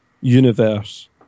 universe